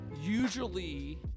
usually